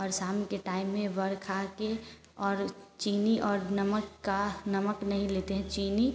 और शाम के टाइम में वर खा के और चीनी और नमक का नमक नहीं लेते हैं चीनी